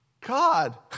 God